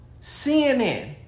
CNN